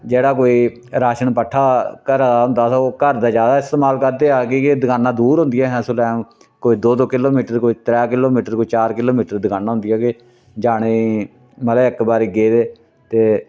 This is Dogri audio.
जेह्ड़ा कोई राशन पट्ठा घरा दा होंदा अस ओह् घर दा ज्यादा इस्तमाल करदे हे अस कि के दकानां दूर होंदियां हिंया उस टैम कोई दो दो किलो मीटर कोई त्रै किलो मीटर कोई चार किलो मीटर दकानां होंदियां के जाने गी मतलब इक बारी गे ते